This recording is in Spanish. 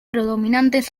predominantes